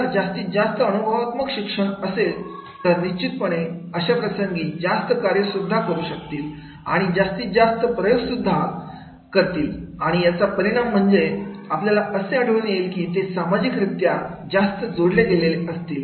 जर जास्तीत जास्त अनुभवात्मक शिक्षण असेल तर निश्चितपणे अशा प्रसंगी जास्त कार्य करू शकतील आणि जास्तीत जास्त प्रयोग सुद्धा आणि याचा परिणाम म्हणजे आपल्याला असे आढळून येईल की ते सामाजिक रीत्या जास्त जोडले गेलेले असतील